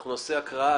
אנחנו נעשה הקראה